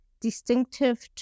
distinctive